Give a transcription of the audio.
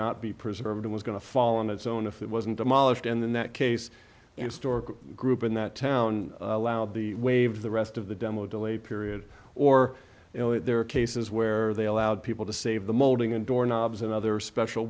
not be preserved it was going to fall on its own if it wasn't demolished in that case and store group in that town allowed the wave the rest of the demo delayed period or you know there are cases where they allowed people to save the molding and door knobs and other special